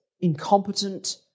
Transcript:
incompetent